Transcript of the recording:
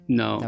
no